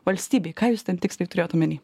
valstybei ką jūs ten tiksliai turėjot omeny